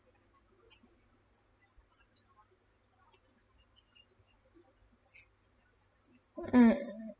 mm